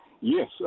Yes